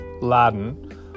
laden